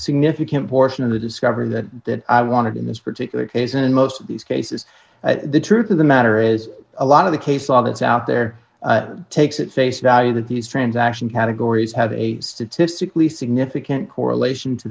significant portion of the discovery that i wanted in this particular case and in most of these cases the truth of the matter is a lot of the case law that's out there takes at face value that these transaction categories have a statistically significant correlation to